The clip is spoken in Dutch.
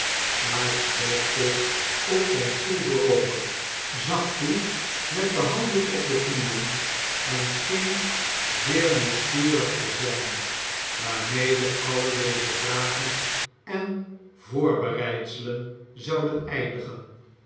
sikes boog zich op zijn stoel voorover zag toe met de handen op de knieën en scheen zeer nieuwsgierig te zijn waarmede alle deze vragen en voorbereidselen zouden eindigen